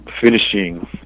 finishing